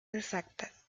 exactas